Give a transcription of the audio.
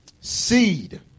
Seed